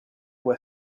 were